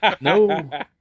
No